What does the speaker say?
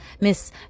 miss